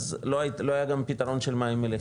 אז לא היה גם פתרון של מים מליחים,